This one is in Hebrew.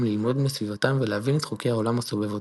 ללמוד מסביבתם ולהבין את חוקי העולם הסובב אותם.